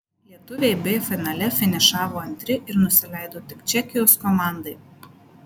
lietuviai b finale finišavo antri ir nusileido tik čekijos komandai